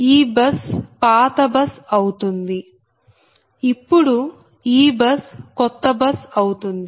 ఈ బస్ పాత బస్ అవుతుంది ఇప్పుడు ఈ బస్ కొత్త బస్ అవుతుంది